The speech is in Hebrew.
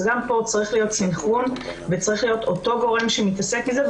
אז גם פה צריך להיות סנכרון וצריך להיות אותו גורם שמתעסק עם זה.